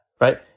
right